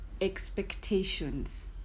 Expectations